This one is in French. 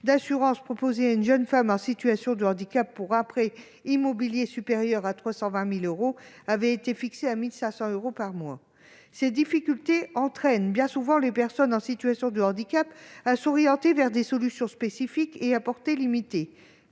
d'assurance proposées à une jeune femme en situation de handicap pour un prêt immobilier supérieur à 320 000 euros avaient été fixées à 1 500 euros par mois ! Ces difficultés conduisent bien souvent les personnes en situation de handicap à s'orienter vers des solutions spécifiques et à portée limitée-